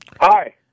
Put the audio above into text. Hi